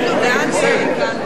להוריד.